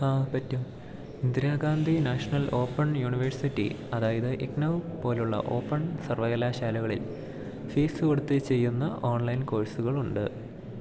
ആ പറ്റും Indira Gandhi national open university അതായത് ഇഗ്നൗ പോലുള്ള ഓപ്പൺ സർവ്വകലാശാലകളിൽ ഫീസ് കൊടുത്ത് ചെയ്യുന്ന ഓൺലൈൻ കോഴ്സുകളുണ്ട്